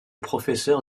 professeur